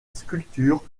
sculpture